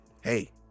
Hey